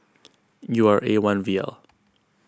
U R A one V L